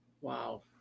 Wow